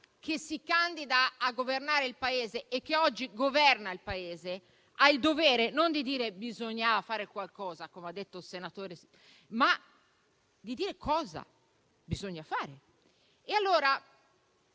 che si candida a governare il Paese e che oggi lo sta governando ha il dovere non di dire che bisognava fare qualcosa - come ha detto il senatore - ma di dire cosa bisogna fare. Arrivo al